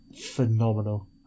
phenomenal